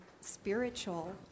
spiritual